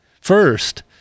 first